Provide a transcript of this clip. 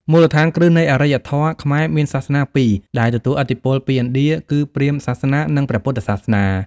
មូលដ្ឋានគ្រឹះនៃអរិយធម៌ខ្មែរមានសាសនាពីរដែលទទួលឥទ្ធិពលពីឥណ្ឌា គឺព្រាហ្មណ៍សាសនា និងព្រះពុទ្ធសាសនា។